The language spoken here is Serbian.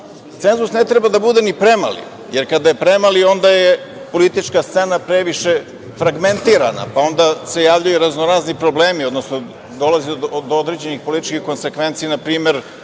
ne treba da bude ni premali, jer kada je premali onda je politička scena previše fragmentirana, pa se onda javljaju raznorazni problemi, odnosno dolazi do određenih političkih konsekvenci, na primer,